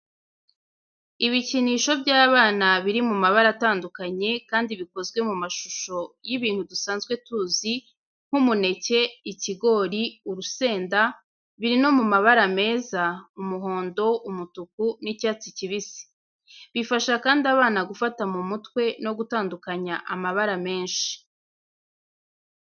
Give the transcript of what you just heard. Ibikinisho by'abana biri mu mabara atandukanye, kandi bikozwe mu mashusho y'ibintu dusanzwe tuzi nk'umuneke, ikigori, urusenda, biri no mu mabara meza, umuhondo, umutuku, n'icyatsi kibisi. Bifasha kandi abana gufata mu mutwe no gutandukanya amabara menshi.